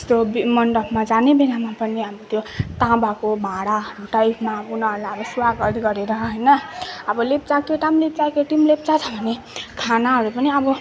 यस्तो मण्डपमा जाने बेलामा पनि अब त्यो ताँबाको भाँडा टाइपमा उनीहरूलाई स्वागत गरेर होइन अब लेप्चा केटा पनि लेप्चा केटी पनि लेप्चा छ भने खानाहरू पनि अब